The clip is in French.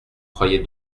croyez